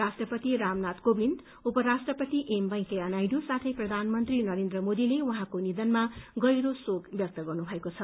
राष्ट्रपति रामनाथ कोविन्द उपराष्ट्रपति एम वेकैया नायडू साथै प्रधानमन्त्री नरेन्द्र मोदीले उहाँको निधनमा गहिरो शेक व्यक्त गर्नुभएको छ